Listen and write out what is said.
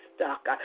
stuck